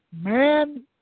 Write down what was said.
Man